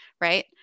right